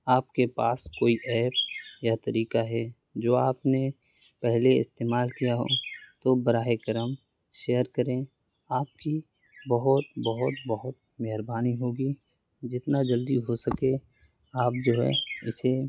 آپ کے پاس کوئی ایپ طریقہ ہے جو آپ نے پہلے استعمال کیا ہو تو براہ کرم شیئر کریں آپ کی بہت بہت بہت مہربانی ہوگی جتنا جلدی ہو سکے آپ جو ہے اسے